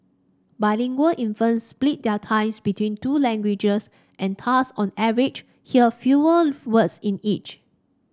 bilingual infants split their times between two languages and thus on average hear fewer words in each